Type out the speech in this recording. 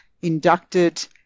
inducted